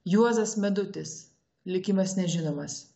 juozas medutis likimas nežinomas